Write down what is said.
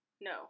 No